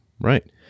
Right